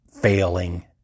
failing